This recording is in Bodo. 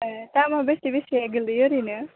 ए दामा बेसे बेसे गोग्लैयो ओरैनो